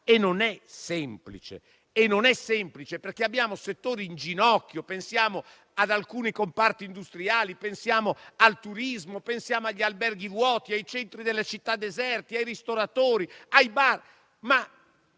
e non è semplice. Abbiamo settori in ginocchio: pensiamo ad alcuni comparti industriali, al turismo, agli alberghi vuoti, ai centri della città deserte, ai ristoratori, ai bar;